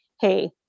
hey